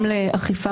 גם לאכיפה,